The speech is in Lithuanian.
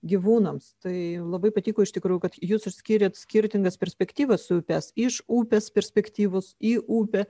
gyvūnams tai labai patiko iš tikrųjų kad jūs išskyrėt skirtingas perspektyvas į upes iš upės perspektyvos į upę